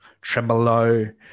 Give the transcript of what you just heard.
tremolo